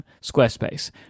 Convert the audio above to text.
Squarespace